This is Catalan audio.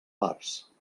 parts